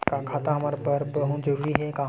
का खाता हमर बर बहुत जरूरी हे का?